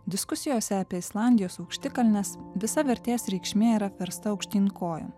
diskusijose apie islandijos aukštikalnes visa vertės reikšmė yra apversta aukštyn kojom